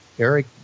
Eric